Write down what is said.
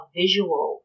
visual